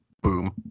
boom